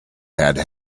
had